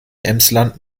emsland